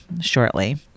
shortly